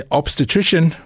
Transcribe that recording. obstetrician